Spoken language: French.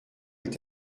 est